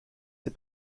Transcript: ses